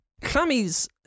Clammy's